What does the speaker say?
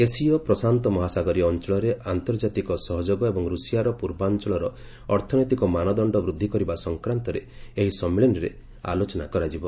ଏସୀୟ ପ୍ରଶାନ୍ତମହାସାଗରୀୟ ଅଞ୍ଚଳରେ ଆନ୍ତର୍ଜାତିକ ସହଯୋଗ ଏବଂ ରୁଷିଆର ପୂର୍ବାଞ୍ଚଳର ଅର୍ଥନୈତିକ ମାନଦଶ୍ଚ ବୃଦ୍ଧି କରିବା ସଂପର୍କରେ ଏହି ସମ୍ମିଳନୀରେ ଆଲୋଚନା କରାଯିବ